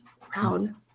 proud